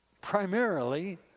primarily